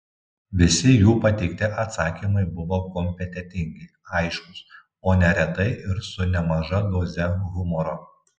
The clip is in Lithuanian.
visi jų pateikti atsakymai buvo kompetentingi aiškūs o neretai ir su nemaža doze humoro